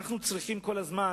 אנחנו צריכים כל הזמן,